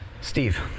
Steve